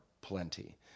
plenty